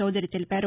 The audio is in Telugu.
చౌదరి తెలిపారు